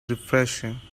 refreshing